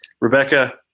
Rebecca